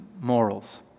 morals